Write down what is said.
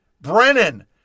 Brennan